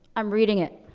i'm reading it.